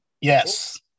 Yes